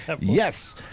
yes